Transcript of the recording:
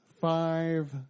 five